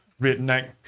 redneck